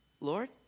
Lord